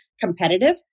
competitive